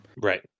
Right